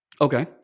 Okay